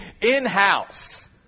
in-house